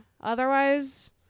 Otherwise